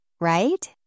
right